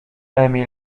emil